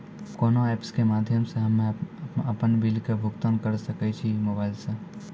कोना ऐप्स के माध्यम से हम्मे अपन बिल के भुगतान करऽ सके छी मोबाइल से?